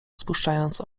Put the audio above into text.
spuszczając